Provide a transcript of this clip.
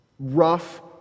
rough